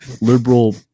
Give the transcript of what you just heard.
Liberal